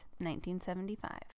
1975